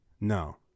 No